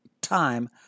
time